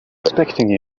expecting